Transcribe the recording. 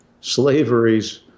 Slavery's